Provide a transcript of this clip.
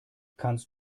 kannst